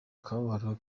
akababaro